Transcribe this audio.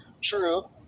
true